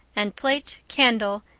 and plate, candle,